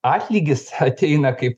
atlygis ateina kaip